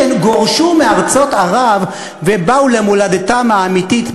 שגורשו מארצות ערב ובאו למולדתם האמיתית,